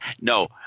No